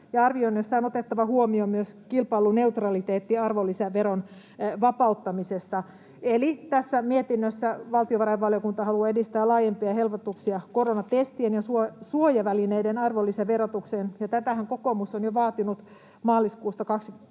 arvioinneissa on otettava huomioon myös kilpailuneutraliteetti arvonlisäveron vapauttamisessa. Eli tässä mietinnössä valtiovarainvaliokunta haluaa edistää laajempia helpotuksia koronatestien ja suojavälineiden arvonlisäverotukseen, ja tätähän kokoomus on vaatinut jo maaliskuusta 2020.